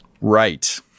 Right